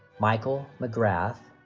michael mcgrath